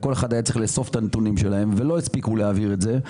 וכל אחד היה צריך לאסוף את הנתונים שלו ולא הספיקו להעביר את זה,